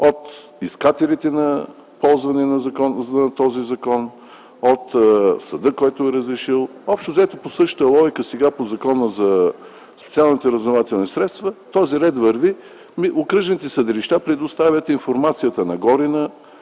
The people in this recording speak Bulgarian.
от искателите на ползване на този закон, от съда, който е разрешил. Общо взето по същата логика сега по Закона за специалните разузнавателни средства този ред върви. Окръжните съдилища предоставят информацията нагоре,